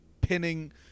pinning